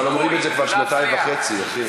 אבל אומרים את זה כבר שנתיים וחצי, אחי.